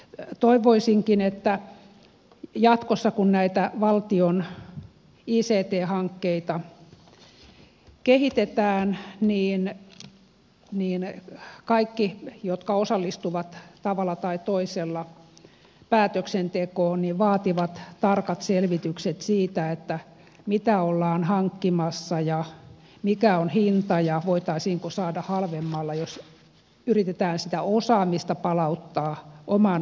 toivoisinkin että jatkossa kun näitä valtion ict hankkeita kehitetään kaikki jotka osallistuvat tavalla tai toisella päätöksentekoon vaativat tarkat selvitykset siitä mitä ollaan hankkimassa ja mikä on hinta ja voitaisiinko saada halvemmalla jos yritetään sitä osaamista palauttaa omaan organisaatioon